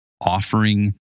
offering